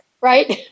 right